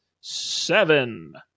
seven